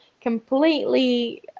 completely